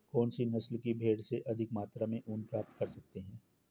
कौनसी नस्ल की भेड़ से अधिक मात्रा में ऊन प्राप्त कर सकते हैं?